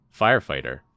firefighter